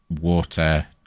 water